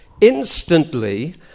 Instantly